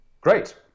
great